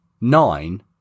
Nine